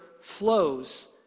flows